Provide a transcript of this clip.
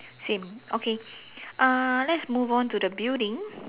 same okay uh let's move on to the building